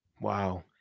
Wow